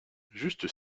juste